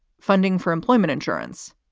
funding for employment insurance,